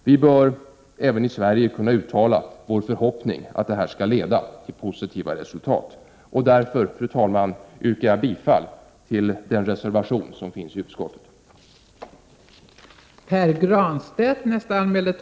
Vi bör även i Sverige kunna uttala vår förhoppning att det här skall leda till positiva resultat, och därför, fru talman, yrkar jag bifall till reservationen i utskottets betänkande.